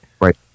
Right